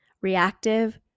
reactive